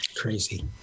Crazy